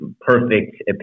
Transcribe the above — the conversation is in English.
perfect